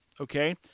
okay